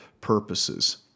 purposes